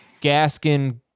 Gaskin